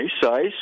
size